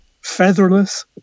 featherless